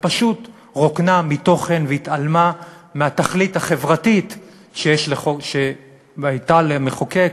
ופשוט רוקנה מתוכן והתעלמה מהתכלית החברתית שהייתה למחוקק